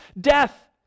death